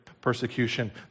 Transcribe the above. persecution